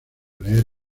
leer